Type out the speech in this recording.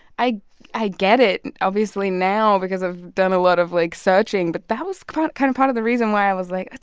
i i get it obviously now because i've done a lot of, like, searching. but that was kind of part of the reason why i was like,